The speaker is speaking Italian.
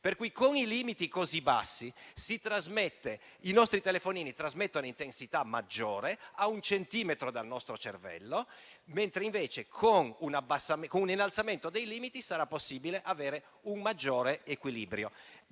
Pertanto, con i limiti così bassi i nostri telefonini trasmettono intensità maggiore a un centimetro dal nostro cervello; mentre, con un innalzamento dei limiti, sarà possibile avere un maggiore equilibrio.